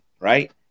Right